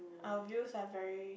our views are very